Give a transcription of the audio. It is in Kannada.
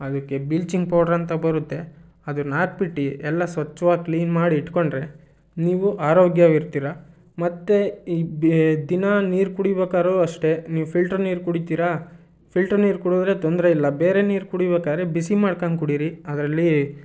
ಅದಕ್ಕೆ ಬಿಲ್ಚಿಂಗ್ ಪೌಡ್ರಂತ ಬರುತ್ತೆ ಅದನ್ನ ಹಾಕ್ಬಿಟ್ಟಿ ಎಲ್ಲ ಸ್ವಚ್ಛವಾಗಿ ಕ್ಲೀನ್ ಮಾಡಿ ಇಟ್ಟುಕೊಂಡ್ರೆ ನೀವು ಆರೋಗ್ಯವಾಗಿರ್ತೀರ ಮತ್ತು ಈ ದಿ ದಿನಾ ನೀರು ಕುಡಿಬೇಕಾದ್ರು ಅಷ್ಟೇ ನೀವು ಫಿಲ್ಟ್ರ್ ನೀರು ಕುಡೀತೀರಾ ಫಿಲ್ಟ್ರ್ ನೀರು ಕುಡಿದ್ರೆ ತೊಂದರೆ ಇಲ್ಲ ಬೇರೆ ನೀರು ಕುಡಿಬೇಕಾದ್ರೆ ಬಿಸಿ ಮಾಡ್ಕಂಡ್ ಕುಡೀರಿ ಅದರಲ್ಲಿ